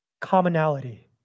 commonality